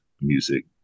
music